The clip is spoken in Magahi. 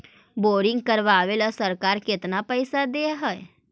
बोरिंग करबाबे ल सरकार केतना पैसा दे है?